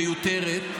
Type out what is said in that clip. מיותרת,